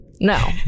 no